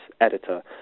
editor